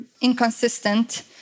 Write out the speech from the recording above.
inconsistent